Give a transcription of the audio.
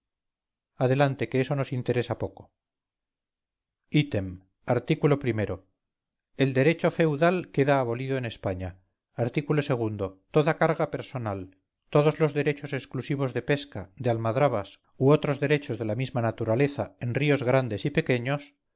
adelante que eso nos interesa poco item art o el derecho feudal queda abolido en españa art o toda carga personal todos los derechos exclusivos de pesca de almadrabas u otros derechos de la misma naturaleza en ríos grandes y pequeños